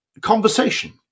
conversation